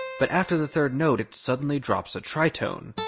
but after the third note, it suddenly drops a tritone.